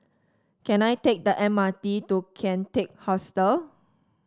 can I take the M R T to Kian Teck Hostel